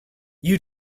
you